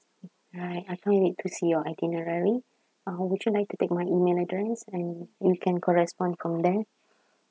right I can't wait to see your itinerary uh would you like to take my email address and you can correspond from there